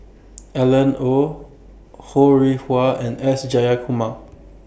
Alan Oei Ho Rih Hwa and S Jayakumar